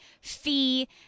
fee